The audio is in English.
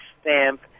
stamp